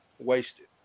wasted